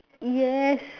yes